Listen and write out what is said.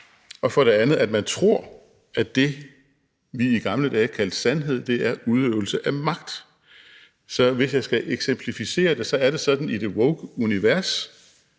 og for det andet, at man tror, at det, vi i gamle dage kaldte sandhed, er udøvelse af magt. Så hvis jeg skal eksemplificere det, er det sådan i et wokeunivers,